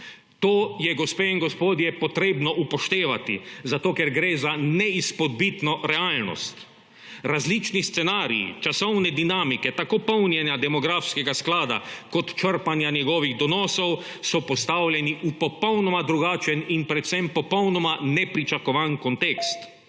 To je, gospe in gospodje, potrebno upoštevati, zato ker gre za neizpodbitno realnost. Različni scenariji časovne dinamike tako polnjenja demografskega sklada kot črpanja njegovih donosov so postavljeni v popolnoma drugačen in predvsem popolnoma nepričakovan kontekst.